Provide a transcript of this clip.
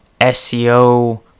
SEO